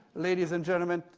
ladies and gentlemen,